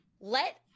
Let